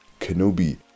Kenobi